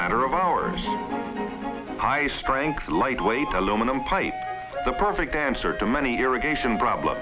matter of hours high strength lightweight aluminum pipe the perfect answer to many irrigation problem